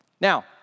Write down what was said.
Now